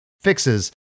fixes